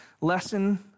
lesson